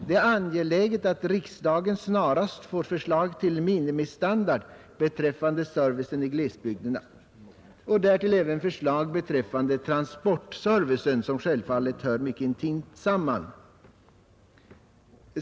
Det är angeläget att riksdagen snarast får förslag till minimistandard beträffande servicen i glesbygderna och därtill även förslag beträffande transportservicen, som självfallet hör mycket intimt samman med den allmänna servicen.